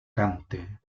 cante